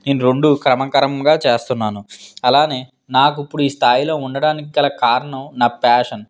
నేను రెండు క్రమ క్రమంగా చేస్తున్నాను అలాగే నాకు ఇప్పుడు ఈ స్థాయిలో ఉండడానికి గల కారణం నా ప్యాషన్